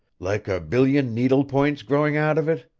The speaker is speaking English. like a billion needle-points growing out of it?